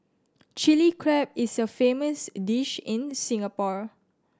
Chilli Crab is a famous dish in Singapore